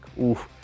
oof